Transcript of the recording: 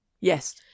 Yes